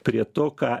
prie to ką